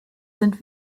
sind